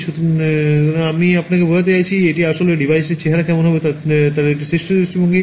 সুতরাং আমি আপনাকে বোঝাতে চাইছি এটি আসলে ডিভাইসটির চেহারা কেমন হবে তার একটি শীর্ষ দৃষ্টিভঙ্গি